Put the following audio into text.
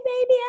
baby